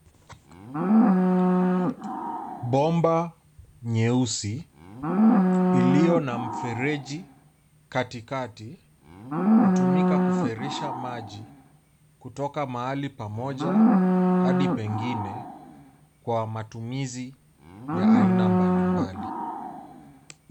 Bomba nyeusi ,iliyo na mfereji katikati, hutumika kuferisha maji, kutoka mahali pamoja hadi pengine, kwa matumizi ya aina mbalimbali.